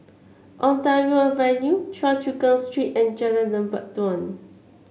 Ontario Avenue Choa Chu Kang Street and Jalan Lebat Daun